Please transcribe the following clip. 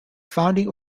founding